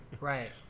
right